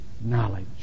knowledge